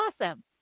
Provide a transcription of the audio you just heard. awesome